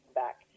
back